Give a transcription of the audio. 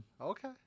Okay